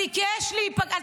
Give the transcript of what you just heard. ביקש להיפגש --- ערוץ 12,